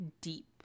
deep